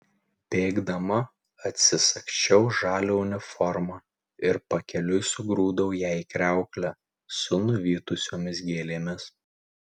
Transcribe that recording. bėgdama atsisagsčiau žalią uniformą ir pakeliui sugrūdau ją į kriauklę su nuvytusiomis gėlėmis